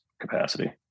capacity